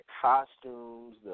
costumes